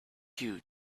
you